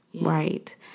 Right